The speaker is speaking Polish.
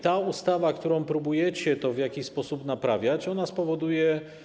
Ta ustawa, którą próbujecie to w jakiś sposób naprawiać, spowoduje.